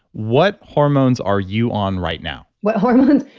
what hormones are you on right now? what hormones?